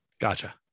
Gotcha